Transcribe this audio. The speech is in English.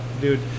Dude